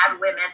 women